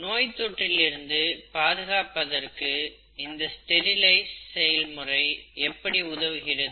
நோய் தொற்றிலிருந்து பாதுகாப்பதற்கு இந்த ஸ்டெரிலைஸ் செயல்முறை எப்படி உதவுகிறது